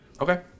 Okay